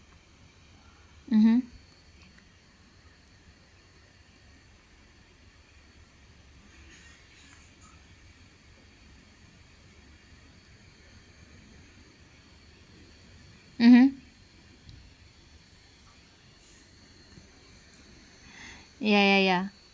mmhmm mmhmm yeah yeah yeah